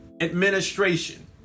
administration